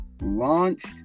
launched